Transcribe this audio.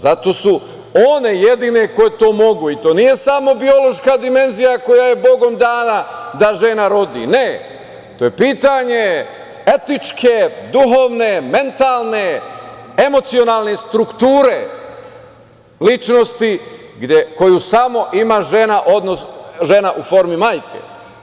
Zato su one jedine koje to mogu i to nije samo biološka dimenzija koja je bogom dana da žena rodi, ne, to je pitanje etičke, duhovne, mentalne, emocionalne strukture ličnosti koju samo ima žena u formi majke.